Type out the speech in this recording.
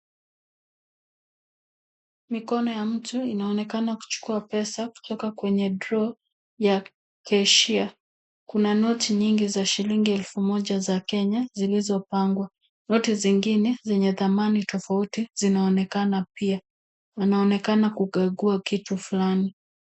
Mikono ya mtu inaonekana kuchukua pesa kutoka kwenye drawer ya cashier . Kuna noti nyingi za shilingi elfu moja za Kenya zilizopangwa. Noti zingine zenye thamani tofauti zinaonekana pia. Wanaonekana kukagua kitu fulani.